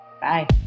Bye